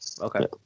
Okay